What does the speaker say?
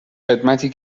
خدمتی